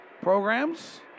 programs